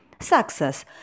success